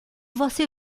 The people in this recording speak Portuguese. você